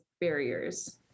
barriers